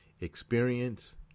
experience